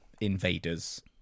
invaders